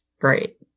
great